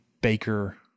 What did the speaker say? Baker